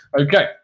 okay